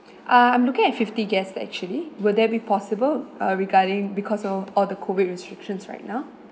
ah I'm looking at fifty guests actually will there be possible uh regarding because of all the COVID restrictions right now